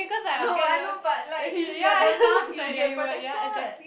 no I know but like if you're the mum you get protected